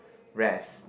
rest